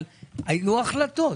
אבל היו החלטות,